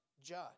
judge